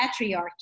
patriarchy